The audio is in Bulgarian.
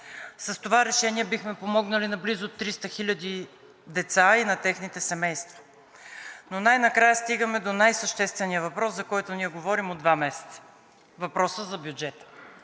С това решение бихме помогнали на близо 300 хил. деца и на техните семейства, но най-накрая стигаме до най-съществения въпрос, за който ние говорим от два месеца – въпроса за бюджета